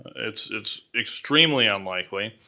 it's it's extremely unlikely,